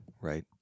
right